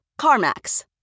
CarMax